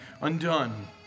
undone